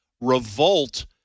revolt